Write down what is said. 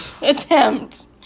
attempt